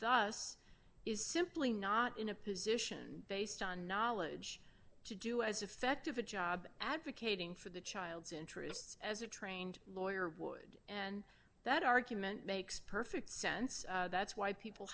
us is simply not in a position based on knowledge to do as effective a job advocating for the child's interests as a trained lawyer would and that argument makes perfect sense that's why people